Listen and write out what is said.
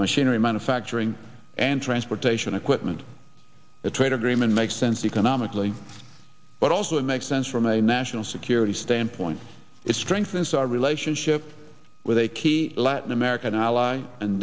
machinery manufacturing and transportation equipment trade agreement makes sense economically but also it makes sense from a national security standpoint it strengthens our relationship with a key latin american ally and